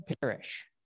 perish